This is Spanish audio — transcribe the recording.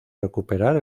recuperar